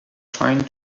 trying